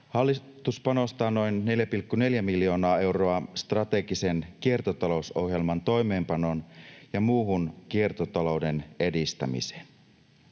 Hallitus panostaa noin 4,4 miljoonaa euroa strategisen kiertotalousohjelman toimeenpanoon ja muuhun kiertotalouden edistämiseen.